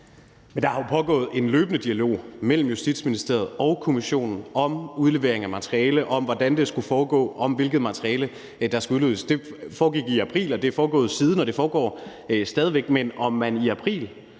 (S): Der har jo pågået en løbende dialog mellem Justitsministeriet og kommissionen om udlevering af materiale, om, hvordan det skulle foregå, og hvilket materiale der skulle udleveres. Det foregik i april, det har foregået siden, og det foregår stadig væk. Men om man i april